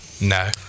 No